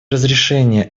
разрешение